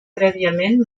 prèviament